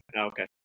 Okay